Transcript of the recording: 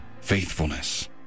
faithfulness